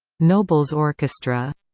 nobles orchestra